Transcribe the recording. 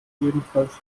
jedenfalls